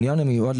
רק עבודות הפנים.